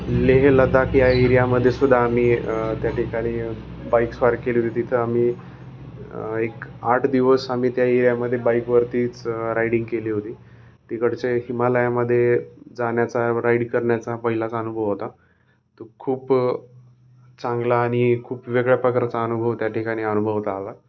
लेह लडाख या एरियामध्ये सुद्धाआम्ही त्या ठिकाणी बाईक्स पार्क केली होती तिथं आम्ही एक आठ दिवस आमी त्या एरियामध्ये बाईकवरतीच रायडिंग केली होती तिकडचे हिमालयामध्ये जाण्याचा राईड करण्याचा पहिलाच अनुभव होता तो खूप चांगला आणि खूप वेगळ्या प्रकारचा अनुभव त्या ठिकाणी अनुभव होता आला